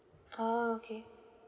ah okay